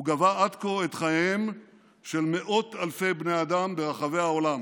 הוא גבה עד כה את חייהם של מאות אלפי בני אדם ברחבי העולם.